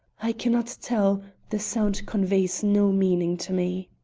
i can not tell the sound conveys no meaning to me.